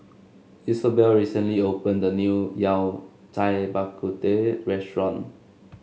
Isobel recently opened a new Yao Cai Bak Kut Teh restaurant